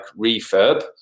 refurb